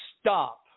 stop